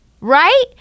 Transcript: Right